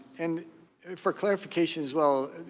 and for clarification as well,